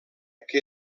que